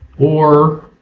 or